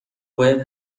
باید